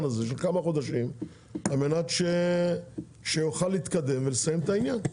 הזה של כמה חודשים על מנת שיוכל להתקדם ולסיים את העניין.